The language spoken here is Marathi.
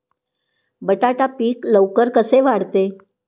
बटाटा पीक लवकर कसे वाढते?